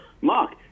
Mark